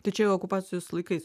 tai čia jau okupacijos laikais